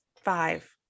five